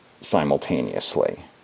simultaneously